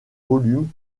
volume